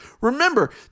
remember